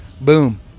Boom